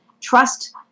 trust